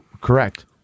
Correct